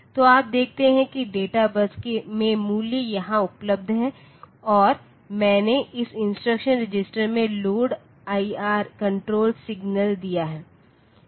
तो आप देखते हैं कि डेटा बस में मूल्य यहाँ उपलब्ध है और मैंने इस इंस्ट्रक्शन रजिस्टर में लोड आईआर कंट्रोल सिग्नल दिया है